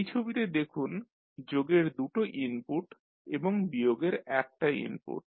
এই ছবিতে দেখুন যোগের দুটো ইনপুট এবং বিয়োগের একটা ইনপুট